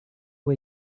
way